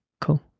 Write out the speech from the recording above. cool